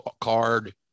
card